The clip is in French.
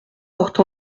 porte